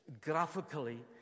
graphically